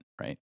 right